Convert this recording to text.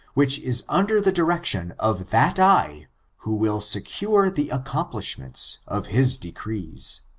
which is under the direction of that eye who will secure the accomplishment of his tlecrees.